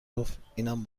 گفت، اینم